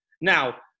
Now